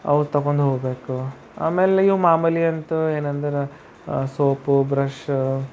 ಅವು ತೊಗೊಂಡೋಗ್ಬೇಕು ಆಮೇಲೆ ಇವು ಮಾಮೂಲಿ ಅಂತೂ ಏನಂದರ ಸೋಪು ಬ್ರಷ್ಷು